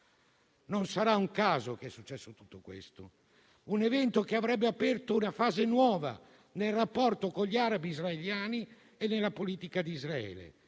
Non sarà un caso che è successo tutto questo, un evento che avrebbe aperto una fase nuova nel rapporto con gli arabi israeliani e nella politica di Israele.